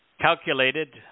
calculated